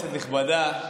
כנסת נכבדה,